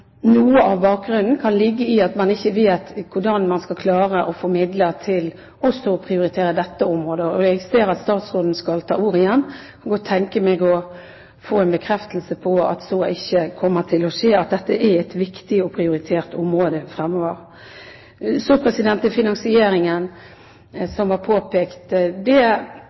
noe av bakgrunnen kan ligge i at man ikke vet hvordan man skal klare å få midler til også å prioritere dette området. Jeg ser at statsråden skal ha ordet igjen, og kan tenke meg å få en bekreftelse på at så ikke kommer til å skje, og at dette er et viktig og prioritert område fremover. Så til finansieringen. Det